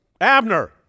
Abner